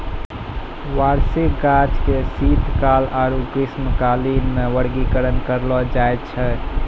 वार्षिक गाछ के शीतकाल आरु ग्रीष्मकालीन मे वर्गीकरण करलो जाय छै